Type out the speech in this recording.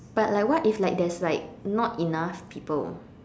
but like what if like there is like not enough people